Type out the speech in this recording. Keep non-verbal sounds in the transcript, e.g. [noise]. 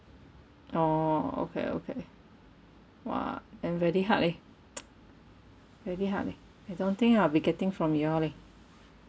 orh okay okay !wah! then very hard leh [noise] very hard leh I don't think I'll be getting from you all leh